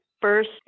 first